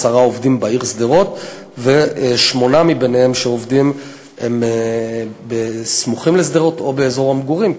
עשרה עובדים בעיר שדרות ושמונה עובדים סמוך לשדרות או באזור המגורים,